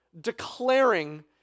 declaring